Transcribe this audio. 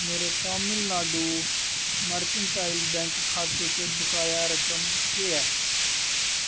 मेरे Tamil Nadu merchandise bank खाते च बकाया रकम केह् ऐ